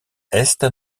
est